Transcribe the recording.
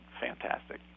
fantastic